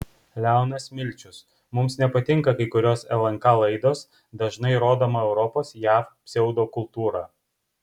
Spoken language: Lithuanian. leonas milčius mums nepatinka kai kurios lnk laidos dažnai rodoma europos jav pseudokultūra